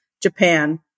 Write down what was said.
Japan